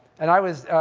and i was,